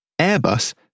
Airbus